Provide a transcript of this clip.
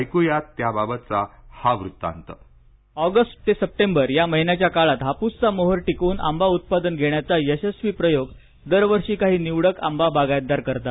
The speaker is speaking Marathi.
ऐकूयात त्याबाबतचा हा वृत्तांत ऑगस्ट ते सप्टेंबर या महिन्याच्या काळात हापूसचा मोहोर टिकवून आंबा उत्पादन घेण्याचा यशस्वी प्रयोग दरवर्षी काही निवडक आंबा बागायतदार करतात